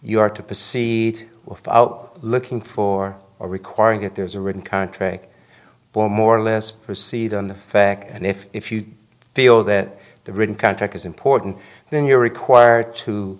you are to proceed without looking for or requiring that there's a written contract for more or less proceed on the facts and if if you feel that the written contract is important then you're required to